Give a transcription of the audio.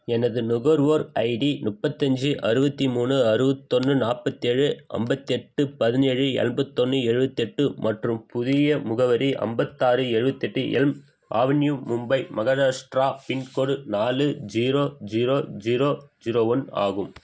எனது நுகர்வோர் ஐடி முப்பத்தஞ்சி அறுபத்தி மூணு அறுபத்தொன்னு நாற்பத்தேழு ஐம்பத்தெட்டு பதினேழு எம்பத்தொன்னு எழுபத்தெட்டு மற்றும் புதிய முகவரி ஐம்பத்தாறு எழுபத்தெட்டு Elm Avenue Mumbai Maharashtra pincode நாலு zero zero zero zero one ஆகும்